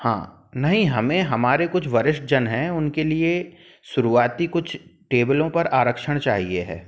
हाँ नहीं हमें हमारे कुछ वरिष्ठ जन हैं उनके लिए शुरुआती कुछ टेबलों पर आरक्षण चाहिए है